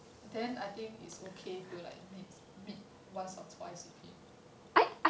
then I think it's okay to like next meet once or twice with him